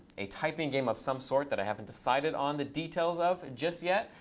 a typing game of some sort that i haven't decided on the details of just yet.